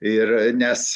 ir nes